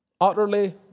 utterly